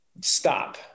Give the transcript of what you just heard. Stop